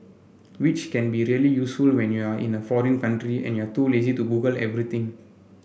which can be really useful when you're in a foreign country and you're too lazy to Google everything